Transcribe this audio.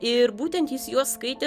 ir būtent jis juos skaitė